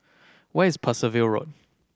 where is Percival Road